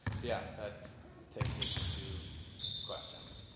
yeah that takes us to to questions.